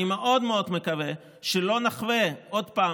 אני מאוד מאוד מקווה שלא נחווה עוד פעם